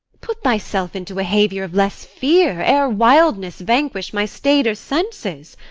put thyself into a haviour of less fear, ere wildness vanquish my staider senses.